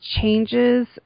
changes